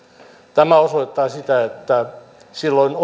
tämä osoittaa sitä että silloin